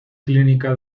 clínica